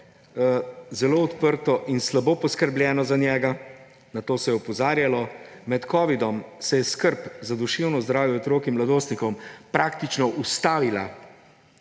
zelo odprto in slabo poskrbljeno za njega, na to se je opozarjalo. Med covidom se je skrb za duševno zdravje otrok in mladostnikov praktično ustavila.